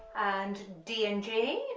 and d and g